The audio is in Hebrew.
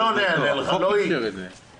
אלון יענה לך, לא היא.